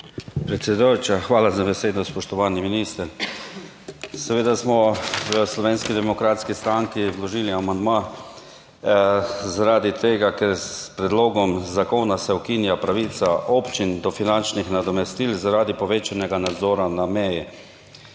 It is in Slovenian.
hvala za besedo. Spoštovani minister! Seveda smo v Slovenski demokratski stranki vložili amandma, zaradi tega, ker s predlogom zakona se ukinja pravica občin do finančnih nadomestil zaradi povečanega nadzora na meji.